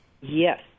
Yes